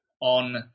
on